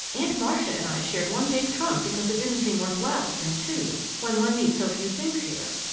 aunt marcia and i shared one big trunk because it didn't seem worth while to bring two, when one needs so few things here.